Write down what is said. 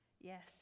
Yes